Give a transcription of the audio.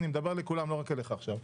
אני מדבר אל כולם, לא רק אליך עכשיו.